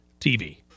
TV